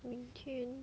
明天